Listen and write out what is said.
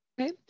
Okay